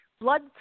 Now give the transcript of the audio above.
blood